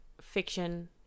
fiction